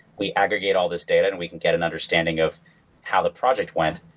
we aggregate all these data and we can get an understanding of how the project went,